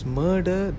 murder